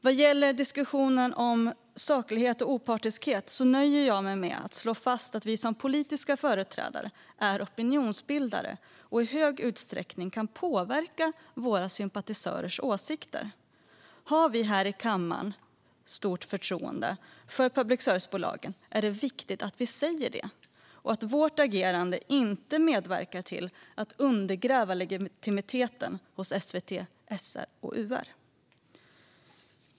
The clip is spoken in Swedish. Vad gäller diskussionen om saklighet och opartiskhet nöjer jag mig med att slå fast att vi som politiska företrädare är opinionsbildare som i hög utsträckning kan påverka våra sympatisörers åsikter. Har vi här i kammaren stort förtroende för public service-bolagen är det viktigt att vi säger det och att vårt agerande inte medverkar till att undergräva legitimiteten för SVT, SR och UR.